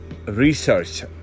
Research